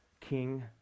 king